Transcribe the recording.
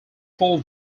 four